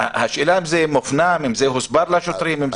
השאלה אם זה מופנם, אם זה הוסבר לשוטרים.